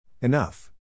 Enough